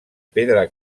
pedra